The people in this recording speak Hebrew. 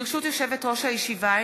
ברשות יושבת-ראש הישיבה,